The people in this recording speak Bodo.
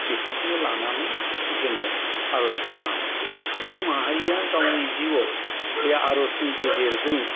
बेफोरखौनो लानानै जोङो आर'ज खालामो सुबुं माहारिया गावनि जिउआव बे आर'जनि गेजेरजों